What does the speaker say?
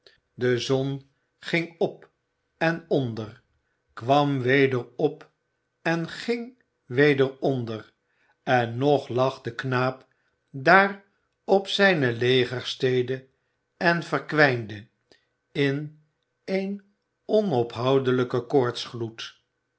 de zon ging op en onder kwam weder op en ging weder onder en nog lag de knaap daar op zijne legerstede en verkwijnde in een onophoudelijken